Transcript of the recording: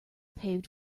paved